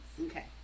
Okay